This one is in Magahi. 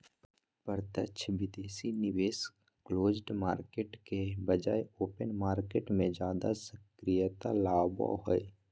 प्रत्यक्ष विदेशी निवेश क्लोज्ड मार्केट के बजाय ओपन मार्केट मे ज्यादा सक्रियता लाबो हय